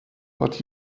but